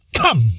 come